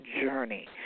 journey